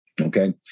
okay